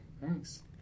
Thanks